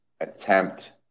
attempt